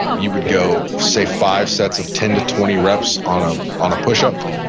you would go say five sets of ten to twenty reps on ah on a push-up,